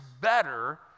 better